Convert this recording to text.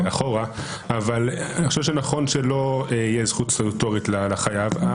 אני חושב שנכון שלא תהיה זכות סטטוטורית לחייב.